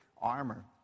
armor